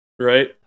Right